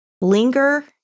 Linger